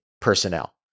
personnel